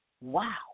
Wow